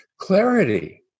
Clarity